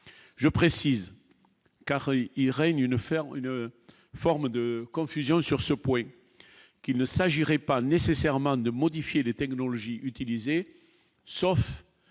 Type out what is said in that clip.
je précise car il règne une faire une forme de confusion sur ce point qu'il ne s'agirait pas nécessairement de modifier les technologies utilisées, sauf